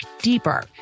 deeper